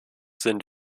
sind